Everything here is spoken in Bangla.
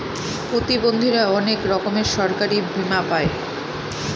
প্রতিবন্ধীরা অনেক রকমের সরকারি বীমা পাই